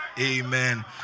Amen